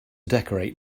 decorate